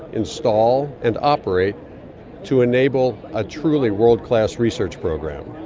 install and operate to enable a truly world-class research program.